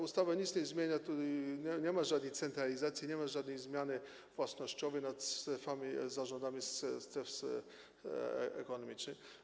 Ustawa nic nie zmienia, tu nie ma żadnej centralizacji, nie ma żadnej zmiany własnościowej w przypadku stref, zarządów stref ekonomicznych.